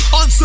on